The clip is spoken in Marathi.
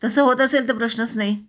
तसं होत असेल तर प्रश्नच नाही